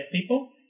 people